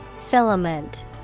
Filament